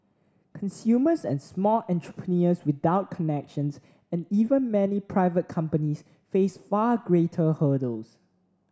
consumers and small entrepreneurs without connections and even many private companies face far greater hurdles